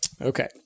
Okay